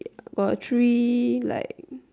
got three like